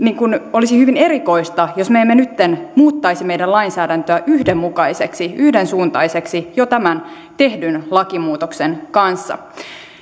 olisi hyvin erikoista jos me emme nytten muuttaisi meidän lainsäädäntöämme yhdenmukaiseksi yhdensuuntaiseksi jo tämän tehdyn lakimuutoksen kanssa